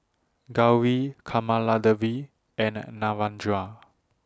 Gauri Kamaladevi and Narendra